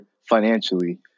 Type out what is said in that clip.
financially